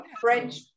French